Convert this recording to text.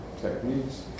techniques